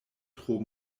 tro